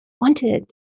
wanted